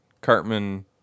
Cartman